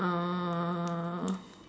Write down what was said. uh